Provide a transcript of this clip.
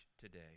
today